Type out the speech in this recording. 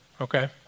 okay